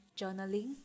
Journaling